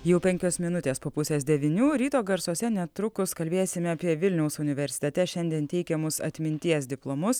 jau penkios minutės po pusės devynių ryto garsuose netrukus kalbėsime apie vilniaus universitete šiandien teikiamus atminties diplomus